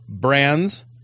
brands